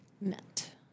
Net